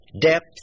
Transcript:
depth